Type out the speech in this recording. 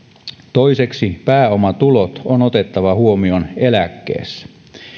toiseksi pääomatulot on otettava huomioon eläkkeessä